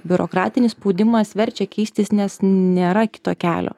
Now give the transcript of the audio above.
biurokratinis spaudimas verčia keistis nes nėra kito kelio